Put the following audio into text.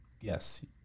Yes